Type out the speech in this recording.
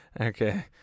Okay